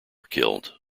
killed